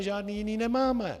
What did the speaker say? Žádné jiné nemáme.